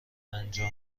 انجام